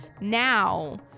now